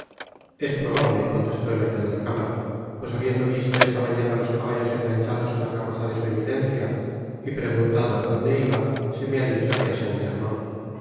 es probable contestó el ayuda de cámara pues habiendo visto esta mañana los caballos enganchados á la carroza de su eminencia y preguntado á donde iba se me ha dicho que